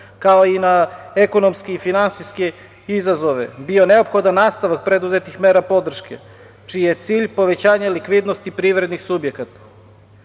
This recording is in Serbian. kao i na ekonomske i finansijske izazove, bio neophodan nastavak preduzetih mera podrške, čiji je cilj povećanje likvidnosti privrednih subjekata. Nastavak